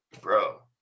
bro